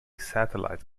satellite